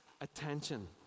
attention